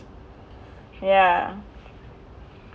ya